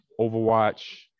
Overwatch